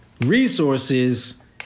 resources